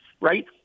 right